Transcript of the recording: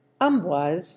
Amboise